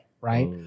right